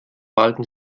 malten